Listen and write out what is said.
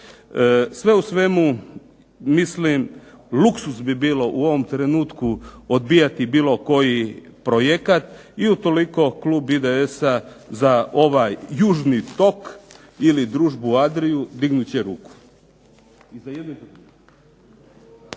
Sve u svemu mislim luksuz bi bilo u ovom trenutku odbijati bilo koji projekat. I utoliko klub IDS-a za ovaj južni tok ili Družbu Adriju dignut će ruku.